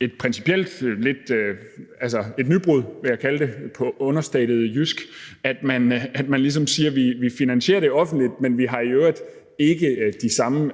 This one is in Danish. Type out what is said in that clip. et principielt nybrud, vil jeg kalde det på understated jysk, at man ligesom siger: Vi finansierer det offentligt, men vi har i øvrigt ikke de samme